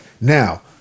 Now